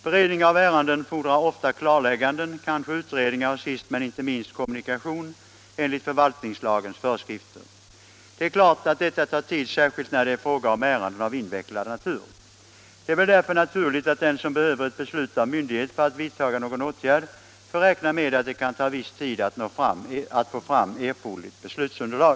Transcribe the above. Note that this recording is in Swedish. Beredningen av ärenden fordrar ofta klarlägganden, kanske utredningar och sist men inte minst kommunikation enligt förvaltningslagens föreskrifter. Det är klart att detta tar tid, särskilt när det är fråga om ärenden av invecklad natur. Det är väl därför naturligt att den som behöver ett beslut av myndighet för att vidtaga någon åtgärd får räkna med att det kan ta viss tid att få fram erforderligt beslutsunderlag.